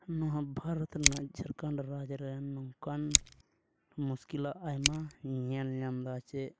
ᱱᱚᱣᱟ ᱵᱷᱟᱨᱚᱛ ᱱᱚᱣᱟ ᱡᱷᱟᱲᱠᱷᱚᱸᱰ ᱨᱟᱡᱽ ᱨᱮᱱ ᱱᱚᱝᱠᱟᱱ ᱢᱩᱥᱠᱤᱞᱟ ᱟᱭᱢᱟ ᱧᱮᱞ ᱧᱟᱢᱫᱟ ᱪᱮᱫ